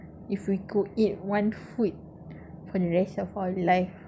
if we could eat one food for the rest of our life